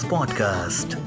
Podcast